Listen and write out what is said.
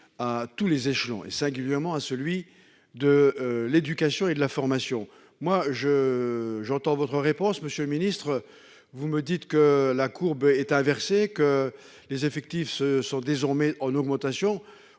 à tous les échelons, et singulièrement à celui de l'éducation et de la formation. J'entends votre réponse. Vous me dites que la courbe est inversée et que les effectifs sont désormais en hausse.